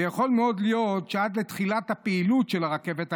ויכול מאוד להיות שעד לתחילת הפעילות של הרכבת הקלה,